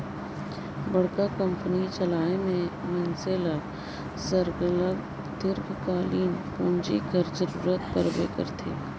बड़का कंपनी चलाए में मइनसे ल सरलग दीर्घकालीन पूंजी कर जरूरत परबे करथे